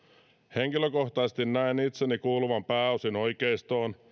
henkilökohtaisesti näen itseni kuuluvan pääosin oikeistoon